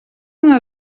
una